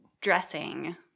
dressing